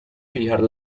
fijar